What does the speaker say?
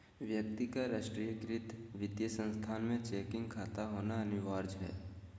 व्यक्ति का राष्ट्रीयकृत वित्तीय संस्थान में चेकिंग खाता होना अनिवार्य हइ